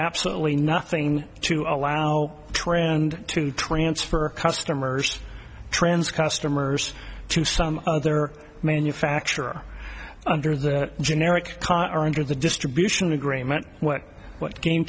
absolutely nothing to allow trend to transfer customers trans customers to some other manufacturer under the generic current or the distribution agreement when what game